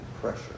pressure